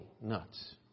nuts